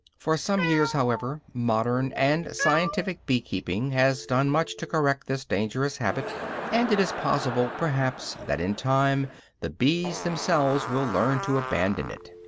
for some years, however, modern and scientific bee-keeping has done much to correct this dangerous habit and it is possible, perhaps, that in time the bees themselves will learn to abandon it.